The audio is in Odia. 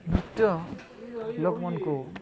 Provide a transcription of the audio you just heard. ନୃତ୍ୟ ଲୋକ୍ମାନଙ୍କୁ